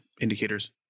indicators